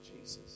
Jesus